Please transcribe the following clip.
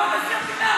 גם על נשיא מדינה.